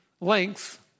length